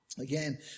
Again